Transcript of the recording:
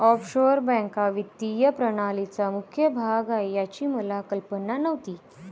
offshore बँका वित्तीय प्रणालीचा मुख्य भाग आहेत याची मला कल्पना नव्हती